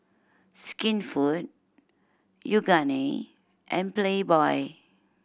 Skinfood Yoogane and Playboy